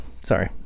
Sorry